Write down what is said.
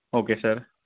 okay sir